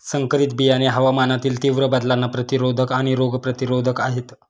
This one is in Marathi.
संकरित बियाणे हवामानातील तीव्र बदलांना प्रतिरोधक आणि रोग प्रतिरोधक आहेत